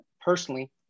personally